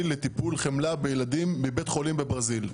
לטיפול חמלה בילדים בבית חולים בברזיל.